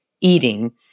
eating